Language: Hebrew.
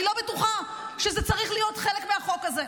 אני לא בטוחה שזה צריך להיות חלק מהחוק הזה.